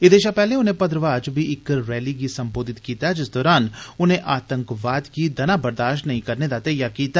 एह्दे शा पैह्ले उनें भद्रवाह च बी इक रैली गी संबोधत कीता जिस दरान उनें आतंकवाद गी दना बरदाश्त नेई करने दा घेइया फ्ही पक्का कीता